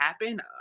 happen